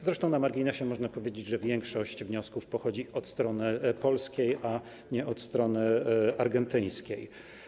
Zresztą na marginesie można powiedzieć, że większość wniosków pochodzi od strony polskiej, a nie od strony argentyńskiej.